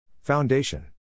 Foundation